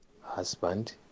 husband